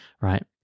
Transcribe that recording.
Right